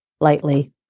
lightly